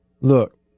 look